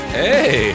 hey